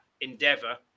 endeavour